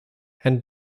and